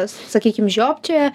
sakykim žiopčioja